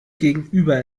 gegenüber